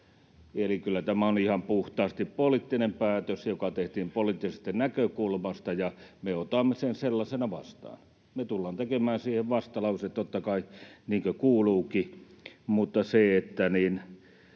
Eli kyllä tämä on ihan puhtaasti poliittinen päätös, joka tehtiin poliittisesta näkökulmasta, ja me otamme sen sellaisena vastaan. Me tullaan tekemään siihen vastalause, totta kai, niin kuin kuuluukin, mutta on tämä